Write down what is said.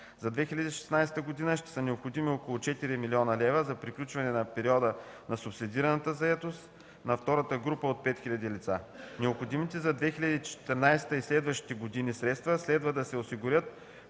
За 2016 г. ще са необходими около 4 млн. лв. за приключване на периода на субсидираната заетост на втората група от 5 хиляди лица. Необходимите за 2014 и следващите години средства следва да се осигурят